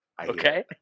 Okay